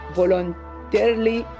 voluntarily